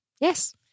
Yes